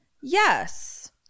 Yes